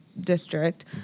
district